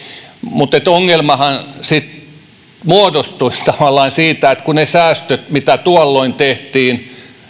mutta ongelmahan sitten muodostuu tavallaan siitä että kun ne säästöt mitä tuolloin tehtiin